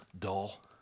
dull